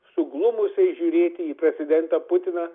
suglumusiai žiūrėti į prezidentą putiną